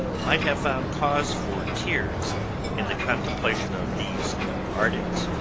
might have found cause for tears in the contemplation of these ardent,